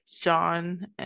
John